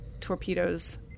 torpedoes